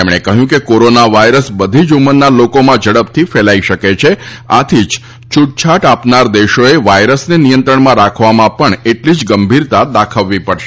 તેમણે કહ્યું કે કોરોના વાયરસ બધી જ ઉંમરના લોકોમાં ઝડપથી ફેલાઈ શકે છે આથી જ છૂટછાટ આપનાર દેશોએ વાયરસને નિયંત્રણમાં રાખવામાં પણ એટલી જ ગંભીરતા દાખવવી પડશે